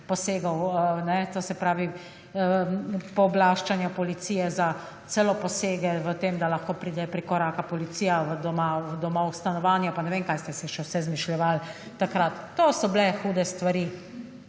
posegov, to se pravi pooblaščanja policije za celo posege v tem, da lahko prikoraka policija domov v stanovanje, pa ne vem kaj vse ste se še vse izmišljevali takrat. To so bile hude stvari.